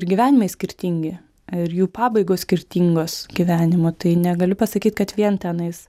ir gyvenimai skirtingi ir jų pabaigos skirtingos gyvenimo tai negaliu pasakyt kad vien tenais